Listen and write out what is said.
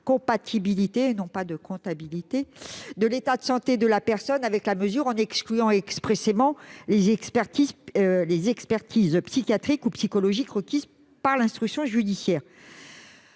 de garde à vue à la seule compatibilité de l'état de santé de la personne avec la mesure, en excluant expressément les expertises psychiatriques ou psychologiques requises par l'instruction judiciaire.